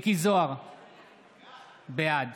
בעד